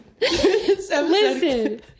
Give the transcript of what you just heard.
Listen